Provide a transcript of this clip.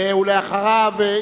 ואחריו,